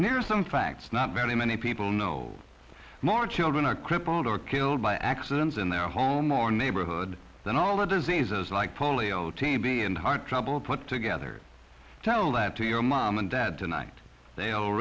and there are some facts not very many people know more children are crippled or killed by accidents in their home or neighborhood than all the diseases like polio tb and heart trouble put together tell that to your mom and dad tonight they'll